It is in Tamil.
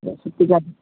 சுற்றிக் காட்